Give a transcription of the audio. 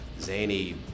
zany